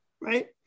right